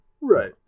Right